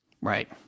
Right